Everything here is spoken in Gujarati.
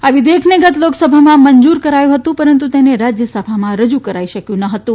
આ વિધેયકને ગત લોકસભામાં મંજૂર કરાયું હતું પરંતુ તેને રાજ્યસભામાં રજૂ કરાઈ શક્યું ન હતું